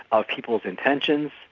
of people's intentions,